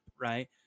right